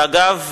ואגב,